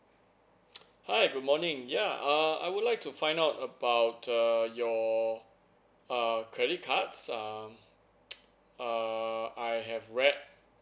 hi good morning ya err I would like to find out about err your uh credit cards um err I have read